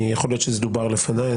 יכול להיות שזה דובר לפניי,